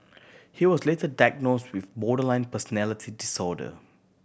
he was later diagnose with borderline personality disorder